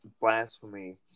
blasphemy